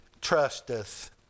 trusteth